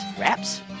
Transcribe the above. Wraps